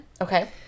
Okay